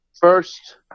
First